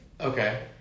Okay